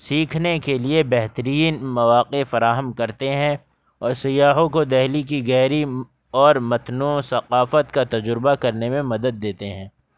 سیکھنے کے لیے بہترین مواقع فراہم کرتے ہیں اور سیاحوں کو دہلی کی گہری اور متنوع ثقافت کا تجربہ کرنے میں مدد دیتے ہیں